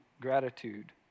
gratitude